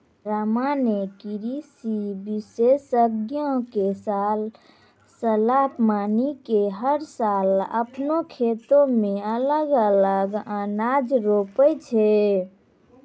रामा नॅ कृषि विशेषज्ञ के सलाह मानी कॅ हर साल आपनों खेतो मॅ अलग अलग अनाज रोपै छै